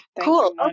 Cool